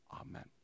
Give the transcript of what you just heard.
Amen